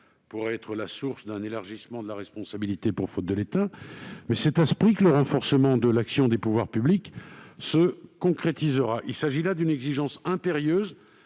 pourrait être la source d'un élargissement de la responsabilité pour faute de l'État, mais c'est à ce prix que le renforcement de l'action des pouvoirs publics se concrétisera. C'est une exigence impérieuse